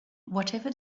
whatever